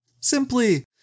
simply